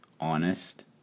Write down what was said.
honest